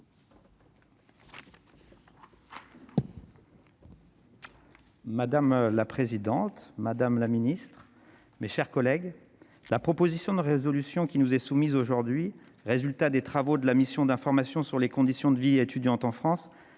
Madame la présidente, madame la ministre, mes chers collègues, la proposition de résolution qui nous est soumise aujourd'hui, résultat des travaux de la mission d'information sur les conditions de vie étudiante en France,